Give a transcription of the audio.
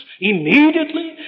immediately